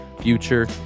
future